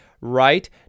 right